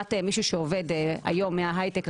ולעומת מישהו שעובד היום מהיי-טק,